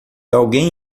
alguém